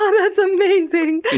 yeah that's amazing.